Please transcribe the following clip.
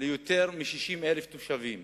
ליותר מ-60,000 תושבים,